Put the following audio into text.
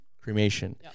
cremation